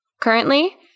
Currently